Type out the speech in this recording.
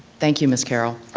thank you, miss carroll.